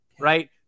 Right